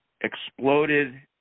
exploded